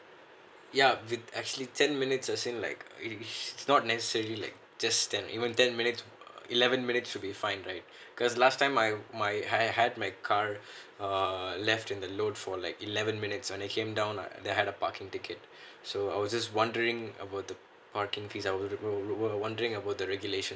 ya with actually ten minutes as in like like is not necessarily like just ten even ten minutes eleven minutes should be fine right because last time my my I I had my car uh left in the load for like eleven minutes and I came down and they had a parking ticket so I was just wondering about the parking fee or I was wondering about the regulation